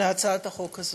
בהצעת החוק הזאת.